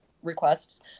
requests